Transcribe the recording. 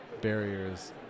barriers